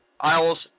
Isles